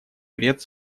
вред